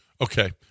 Okay